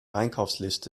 einkaufsliste